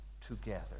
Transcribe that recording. together